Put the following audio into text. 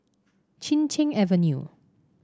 Chin Cheng Avenue